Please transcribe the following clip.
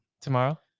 tomorrow